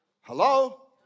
Hello